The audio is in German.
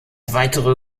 weitere